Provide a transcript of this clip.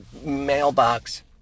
mailbox